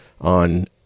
on